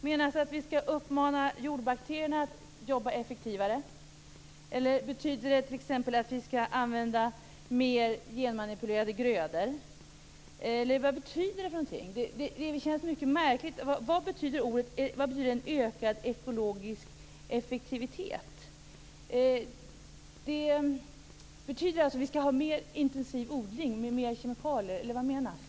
Menas att vi skall uppmana jordbakterierna att jobba effektivare? Eller betyder det t.ex. att vi skall använda mer genmanipulerade grödor? Vad betyder en ökad ekologisk effektivitet? Skall vi ha en mer intensiv odling med mer kemikalier, eller vad menas?